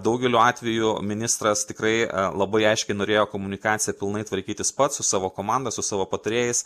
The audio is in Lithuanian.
daugeliu atveju ministras tikrai labai aiškiai norėjo komunikaciją pilnai tvarkytis pats su savo komanda su savo patarėjais